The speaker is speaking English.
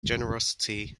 generosity